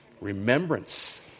Remembrance